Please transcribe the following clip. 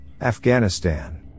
Afghanistan